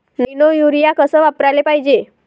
Nano urea कस वापराले पायजे?